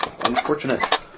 Unfortunate